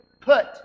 put